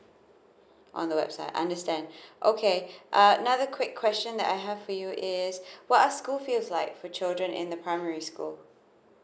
on the website understand okay err another quick question that I have for you is what school fee was like for children in the primary school